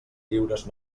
lliures